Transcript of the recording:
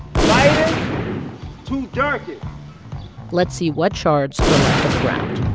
lightest to darkest let's see what shards are left on the ground